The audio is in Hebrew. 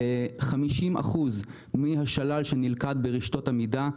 50% מן השלל שנלכד ברשתות עמידה,